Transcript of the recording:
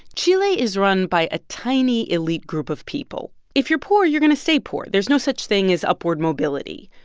chile is run by a tiny, elite group of people. if you're poor, you're going to stay poor. there's no such thing as upward mobility.